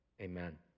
amen